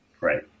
Right